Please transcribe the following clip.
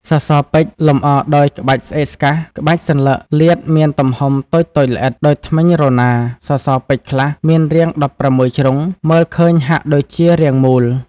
សសរពេជ្រ លម្អដោយក្បាច់ស្អេកស្កះ ក្បាច់សន្លឹកលាតមានទំហំតូចៗល្អិត ដូចធ្មេញរណារ ។ សសរពេជ្រខ្លះមានរាង ១៦ ជ្រុង មើលឃើញហាក់ដូចជា រាងមូល។